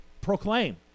proclaim